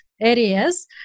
areas